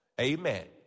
Amen